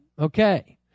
Okay